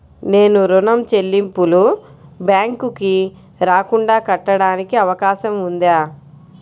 నేను ఋణం చెల్లింపులు బ్యాంకుకి రాకుండా కట్టడానికి అవకాశం ఉందా?